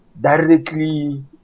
directly